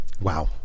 Wow